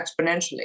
exponentially